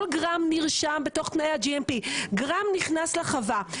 כל גרם נרשם בתוך תנאי ה GMP. גרם נכנס לחווה,